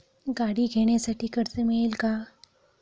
गाडी घेण्यासाठी कर्ज मिळेल का?